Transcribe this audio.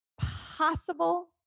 possible